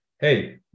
hey